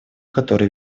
которую